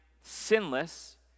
sinless